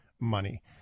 money